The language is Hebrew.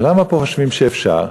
למה פה חושבים שאפשר?